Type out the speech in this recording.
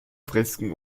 fresken